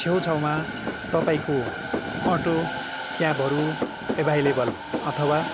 छेउछाउमा तपाईँको अटो क्याबहरू एभाइलेबल अथवा